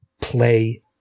Play